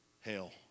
hell